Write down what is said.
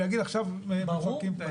לא צריך להגיד שמפרקים את העסק.